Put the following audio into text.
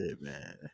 man